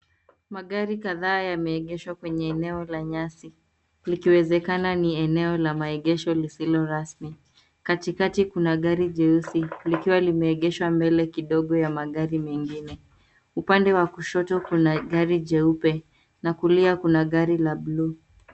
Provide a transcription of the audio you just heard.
Magari kadhaa yameegeshwa kwenye eneo la nyasi, likiwezekana ni eneo la maegesho lisilo rasmi. Katikati kuna gari jeusi likiwa limeegeshwa mbele kidogo ya magari mengine. Upande wa kushoto kuna gari jeupe, na kulia kuna gari la blue .